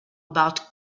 about